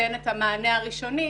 ייתן את המענה הראשוני